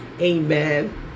amen